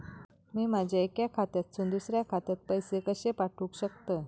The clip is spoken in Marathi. मी माझ्या एक्या खात्यासून दुसऱ्या खात्यात पैसे कशे पाठउक शकतय?